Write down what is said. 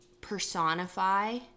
personify